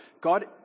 God